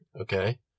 Okay